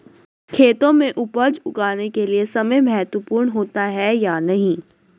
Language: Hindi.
खेतों में उपज उगाने के लिये समय महत्वपूर्ण होता है या नहीं?